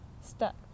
stuck